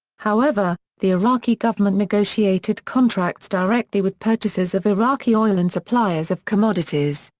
however, the iraqi government negotiated contracts directly with purchasers of iraqi oil and suppliers of commodities,